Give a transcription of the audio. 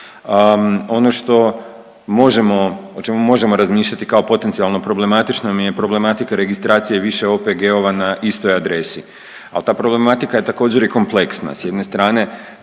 Ono što možemo, o čemu možemo razmišljati kao potencijalno problematično mi je problematika registracija više OPG-ova na istoj adresi, ali ta problematika je također, i kompleksna. S jedne strane,